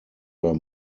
were